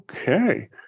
Okay